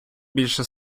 більше